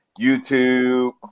youtube